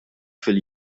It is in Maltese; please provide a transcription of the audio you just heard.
fil